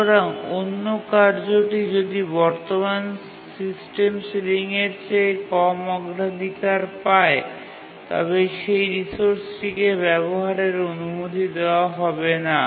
সুতরাং অন্য কার্যটি যদি বর্তমান সিস্টেম সিলিংয়ের চেয়ে কম অগ্রাধিকার পায় তবে সেই রিসোর্সটিকে ব্যাবহারের অনুমতি দেওয়া হবে না